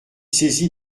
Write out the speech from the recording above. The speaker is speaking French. saisie